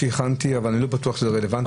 הכנתי דף אבל אני לא בטוח שהוא רלוונטי.